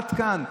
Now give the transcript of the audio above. עד כאן.